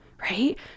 right